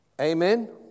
Amen